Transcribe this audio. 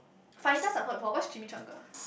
fajitas I've tried before what's chimichanga